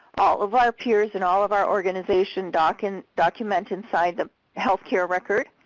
all of our peers in all of our organizations document document and sign the health care records,